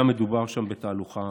היה מדובר בתהלוכה